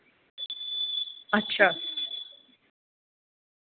अच्छा